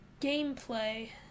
Gameplay